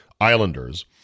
Islanders